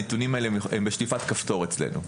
הנתונים האלה הם בשליפת כפתור אצלנו,